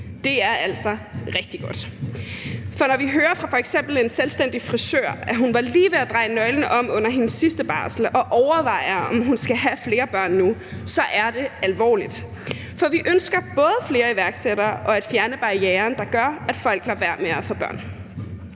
Det er altså rigtig godt. For når vi hører fra f.eks. en selvstændig frisør, at hun var lige ved at dreje nøglen om under sin sidste barsel og overvejer, om hun skal have flere børn nu, så er det alvorligt. For vi ønsker både flere iværksættere og at fjerne barrieren, der gør, at folk lader være med at få børn.